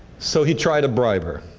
so he tried to bribe her.